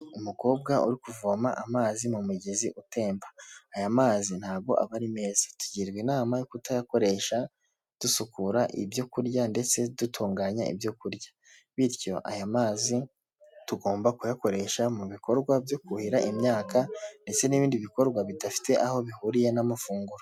Umukobwa uri kuvoma amazi mu mugezi utemba, aya mazi ntago aba ari meza, tugirwa inama yo kutayakoresha dusukura ibyo kurya ndetse dutunganya ibyo kurya bityo aya mazi tugomba kuyakoresha mu bikorwa byo kuhira imyaka ndetse n'ibindi bikorwa bidafite aho bihuriye n'amafunguro.